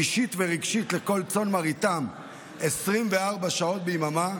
אישית ורגשית לכל צאן מרעיתם 24 שעות ביממה,